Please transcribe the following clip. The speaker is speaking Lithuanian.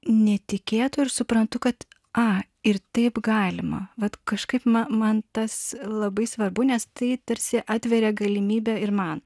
netikėto ir suprantu kad a ir taip galima vat kažkaip na man tas labai svarbu nes tai tarsi atveria galimybę ir man